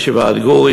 ישיבת גור,